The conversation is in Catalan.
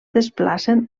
desplacen